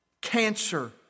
cancer